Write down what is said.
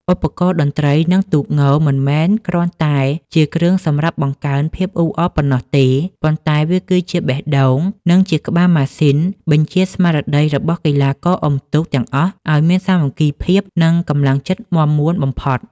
ឧបករណ៍តន្ត្រី និងទូកង មិនមែនគ្រាន់តែជាគ្រឿងសម្រាប់បង្កើនភាពអ៊ូអរប៉ុណ្ណោះទេ ប៉ុន្តែវាគឺជាបេះដូង និងជាក្បាលម៉ាស៊ីនបញ្ជាស្មារតីរបស់កីឡាករអុំទូកទាំងអស់ឱ្យមានសាមគ្គីភាព និងកម្លាំងចិត្តមាំមួនបំផុត។